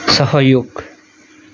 सहयोग